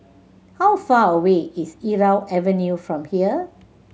how far away is Irau Avenue from here